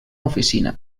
oficina